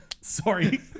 Sorry